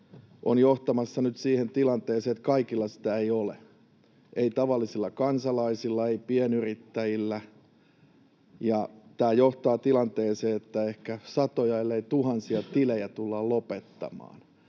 on johtamassa nyt siihen tilanteeseen, että kun kaikilla sitä ei ole — ei tavallisilla kansalaisilla, ei pienyrittäjillä — niin ehkä satoja, ellei tuhansia, tilejä tullaan lopettamaan.